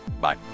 bye